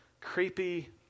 Creepy